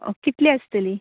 कितली आसतली